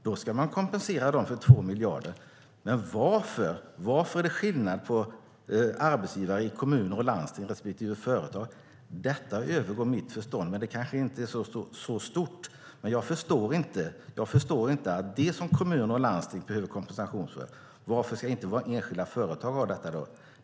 Då ska man kompensera dem med 2 miljarder. Varför är det skillnad på arbetsgivare i kommuner och landsting respektive företag? Detta övergår mitt förstånd, men det kanske inte är så stort. Det som kommuner och landsting behöver kompensation för förstår jag inte varför inte enskilda företag också ska få.